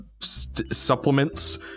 supplements